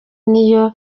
niyo